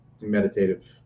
meditative